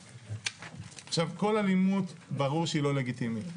עכשיו, כל אלימות ברור שהיא לא לגיטימית.